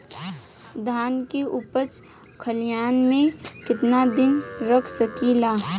धान के उपज खलिहान मे कितना दिन रख सकि ला?